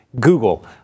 Google